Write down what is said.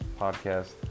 podcast